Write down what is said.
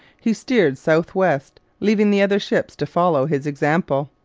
he steered south-west, leaving the other ships to follow his example.